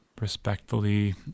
respectfully